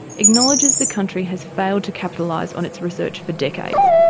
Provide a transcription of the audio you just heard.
acknowledges the country has failed to capitalise on its research for decades.